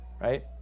right